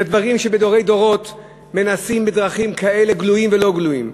זה דברים שדורי דורות מנסים בדרכים גלויים ולא גלויים,